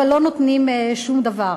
אבל לא נותנים שום דבר.